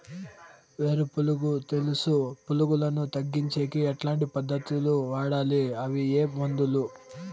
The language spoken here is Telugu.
వేరు పులుగు తెలుసు పులుగులను తగ్గించేకి ఎట్లాంటి పద్ధతులు వాడాలి? అవి ఏ మందులు?